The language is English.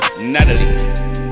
Natalie